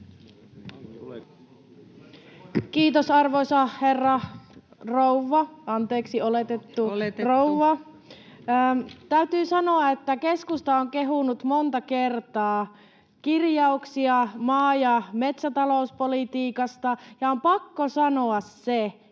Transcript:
Kiitos, arvoisa herra... rouva — anteeksi, oletettu rouva — puhemies! Täytyy sanoa, että keskusta on kehunut monta kertaa kirjauksia maa- ja metsätalouspolitiikasta, ja on pakko sanoa se, että